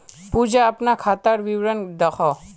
पूजा अपना खातार विवरण दखोह